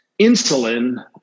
insulin